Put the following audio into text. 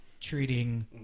treating